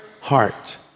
heart